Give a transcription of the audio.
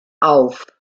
auf